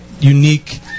unique